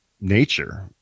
nature